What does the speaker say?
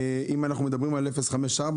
אם אנחנו מדברים על 05484,